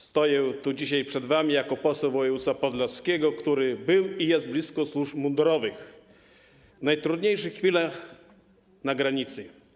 Stoję tu dzisiaj przed wami jako poseł województwa podlaskiego, który był i jest blisko służb mundurowych w najtrudniejszych chwilach na granicy.